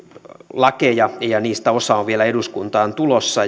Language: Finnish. lakeja ja ja niistä osa on vielä eduskuntaan tulossa